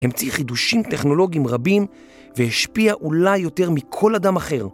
המציא חידושים טכנולוגיים רבים והשפיע אולי יותר מכל אדם אחר